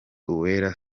uwera